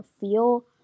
feel